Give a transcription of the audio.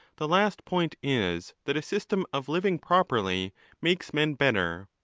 the last point is that a system of living properly makes men better.